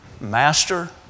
master